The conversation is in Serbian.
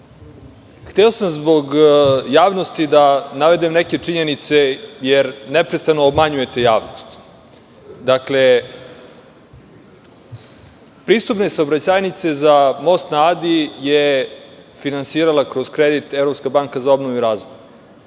sam zbog javnosti da navedem neke činjenice, jer neprestano obmanjujete javnost. Pristupne saobraćajnice za most na Adi je finansirala kroz kredit Evropska banka za obnovu i razvoj.